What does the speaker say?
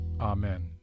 Amen